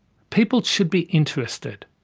people should be interested,